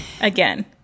again